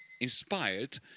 inspired